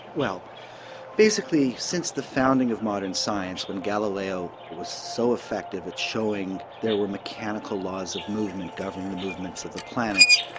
well basically since the founding of modern science when galileo was so effective at showing there were mechanical laws of movement governing the movements of the planets,